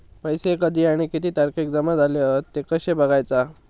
पैसो कधी आणि किती तारखेक जमा झाले हत ते कशे बगायचा?